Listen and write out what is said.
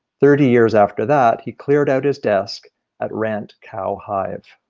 thirty years after that he cleared out his desk at rent cow hide.